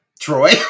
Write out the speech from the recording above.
Troy